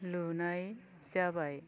लुनाय जाबाय